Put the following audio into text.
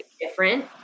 different